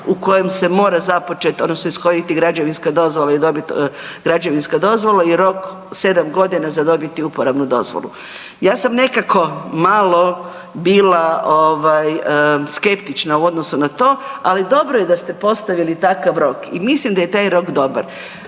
iz kojeg je građevinska dozvola i dobijete građevinsku dozvolu je rok sedam godina za dobiti uporabnu dozvolu. Ja sam nekako malo bila skeptična u odnosu na to, ali dobro je da ste postavili takav rok i mislim da je taj rok dobar.